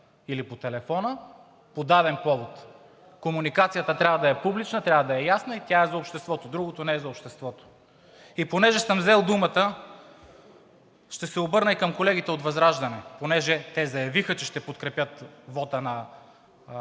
или по телефона по даден повод. Комуникацията трябва да е публична, трябва да е ясна и тя е за обществото. Другото не е за обществото. И понеже съм взел думата, ще се обърна и към колегите от ВЪЗРАЖДАНЕ, понеже те заявиха, че ще подкрепят вота на недоверие.